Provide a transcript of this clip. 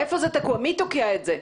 מי תוקע את זה?